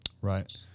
Right